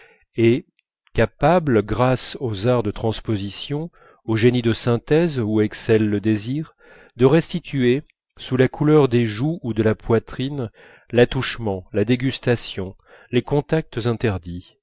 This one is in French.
et capables grâce aux arts de transposition au génie de synthèse où excelle le désir de restituer sous la couleur des joues ou de la poitrine l'attouchement la dégustation les contacts interdits